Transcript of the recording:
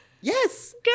Yes